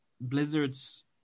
Blizzard's